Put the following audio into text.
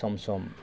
सम सम